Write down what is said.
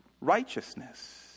righteousness